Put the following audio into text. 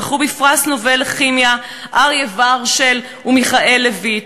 זכו בפרס נובל לכימיה אריה ורשל ומיכאל לויט,